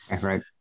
Right